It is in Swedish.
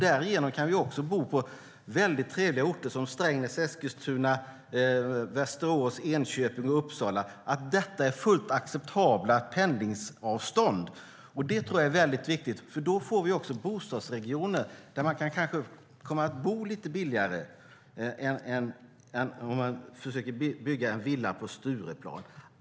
Därigenom kan vi bo på mycket trevliga orter som Strängnäs, Eskilstuna, Västerås, Enköping och Uppsala. Det är fullt acceptabla pendlingsavstånd till dessa orter. Det tror jag är mycket viktigt. Då får vi också bostadsregioner där man kanske kan bo lite billigare än om man försöker bygga en villa på Stureplan.